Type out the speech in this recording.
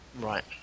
Right